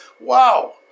Wow